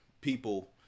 people